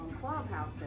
Clubhouse